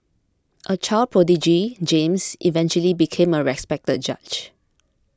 a child prodigy James eventually became a respected judge